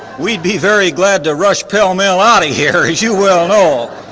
we'd be very glad to rush pell-mell out of here as you well know.